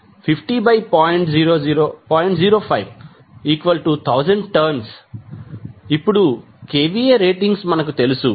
051000టర్న్స్ ఇప్పుడు kVA ratings మనకు తెలుసు